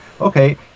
okay